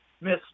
Miss